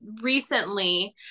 recently